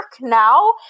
now